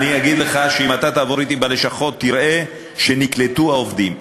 ואני אגיד לך שאם אתה תעבור אתי בלשכות תראה שנקלטו העובדים.